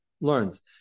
learns